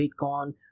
Bitcoin